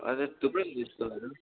हजुर थुप्रो छ स्कुलहरू